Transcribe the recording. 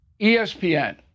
ESPN